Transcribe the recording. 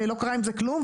ולא קרה עם זה כלום.